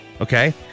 okay